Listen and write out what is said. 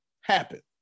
happen